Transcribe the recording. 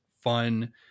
fun